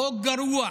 חוק גרוע,